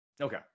Okay